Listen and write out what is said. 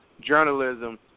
journalism